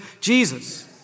Jesus